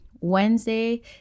Wednesday